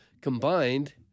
combined –